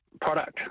product